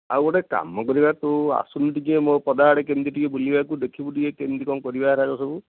ଆଉ ଗୋଟେ କାମ କରିବା ତୁ ଆସୁନୁ ଟିକିଏ ମୋ ପଦାଆଡ଼େ କେମିତି ଟିକିଏ ବୁଲିବାକୁ ଦେଖିବୁ ଟିକିଏ କେମିତି କ'ଣ କରିବା ଏ ଗୁଡ଼ାକ ସବୁ